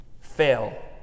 Fail